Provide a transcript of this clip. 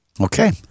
Okay